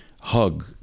hug